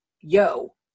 yo